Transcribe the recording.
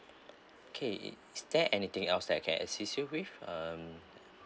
okay is there anything else that I can assist you with um